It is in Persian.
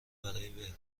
برای